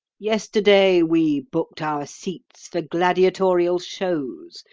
yesterday we booked our seats for gladiatorial shows,